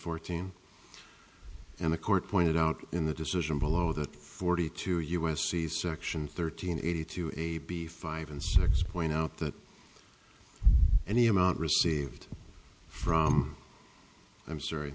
fourteen and the court pointed out in the decision below that forty two u s c section thirteen eighty two eighty five and six point out that any amount received from i'm sorry